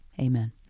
Amen